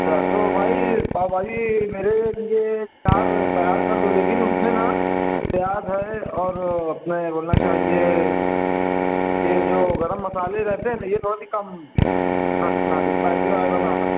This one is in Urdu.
اچھا تو بھائی پاؤ بھاجی میرے لیے چار تیار کر دو لیکن اس میں نا پیاز ہے اور اپنے بولنا چاہیے یہ جو گرم مسالے رہتے ہیں یہ بہت ہی کم رکھنا اسپائسی وغیرہ نہ